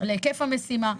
להיקף המשימה.